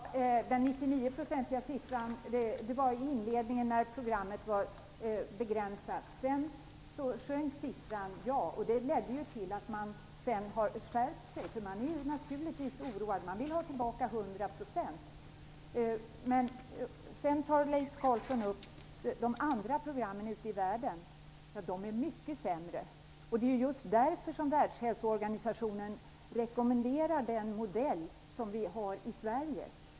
Fru talman! Siffran 99 % gäller i inledningen då programmet var begränsat. Sedan sjönk siffran. Det är riktigt. Det ledde sedan till en skärpning. Man är naturligtvis oroad och vill ha tillbaka 100 %. Leif Carlson nämner andra program ute i världen, men de är mycket sämre. Det är just därför som Världshälsoorganisationen rekommenderar den modell som vi i Sverige har.